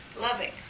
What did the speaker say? loving